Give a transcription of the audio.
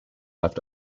left